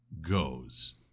goes